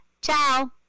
Ciao